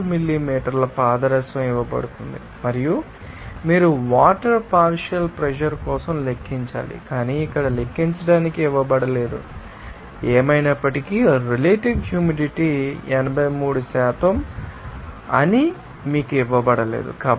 5 మిల్లీమీటర్ల పాదరసం ఇవ్వబడుతుంది మరియు మీరు వాటర్ పార్షియల్ ప్రెషర్ కోసం లెక్కించాలి కానీ ఇక్కడ లెక్కించడానికి ఇవ్వబడలేదు ఏమైనప్పటికీ రిలేటివ్ హ్యూమిడిటీ 83 అని మీకు ఇవ్వబడలేదు